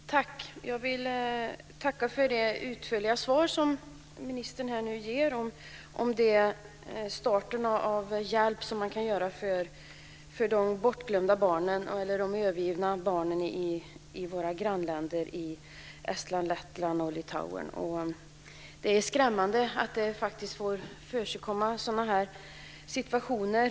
Fru talman! Jag vill tacka för det utförliga svar som ministern nu ger om vad man kan göra för de övergivna barnen i våra grannländer Estland, Lettland och Litauen. Det är skrämmande att det får förekomma sådana situationer.